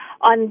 on